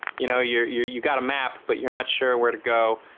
you know, you're you're you've got a map, but you're not sure where to go